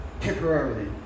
temporarily